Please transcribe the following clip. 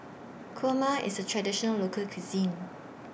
Kurma IS A Traditional Local Cuisine